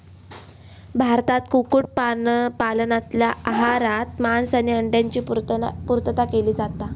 भारतात कुक्कुट पालनातना आहारात मांस आणि अंड्यांची पुर्तता केली जाता